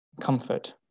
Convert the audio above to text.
comfort